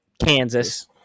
Kansas